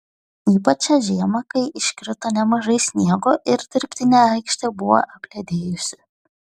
ypač šią žiemą kai iškrito nemažai sniego ir dirbtinė aikštė buvo apledėjusi